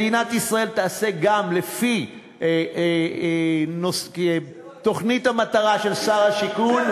מדינת ישראל תעשה גם לפי תוכנית המטרה של שר השיכון,